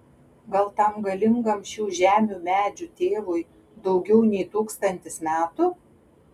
gal tam galingam šių žemių medžių tėvui daugiau nei tūkstantis metų